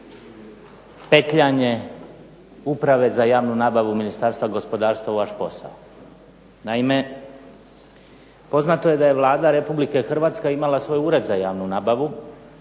petljanje Uprave za javnu nabavu Ministarstva gospodarstva u vaš posao. Naime, poznato je da je Vlada Republike Hrvatske imala svoj Ured za javnu nabavu